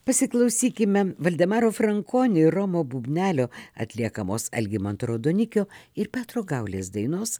pasiklausykime valdemaro frankonio ir romo bubnelio atliekamos algimanto raudonikio ir petro gaulės dainos